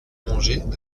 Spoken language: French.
manger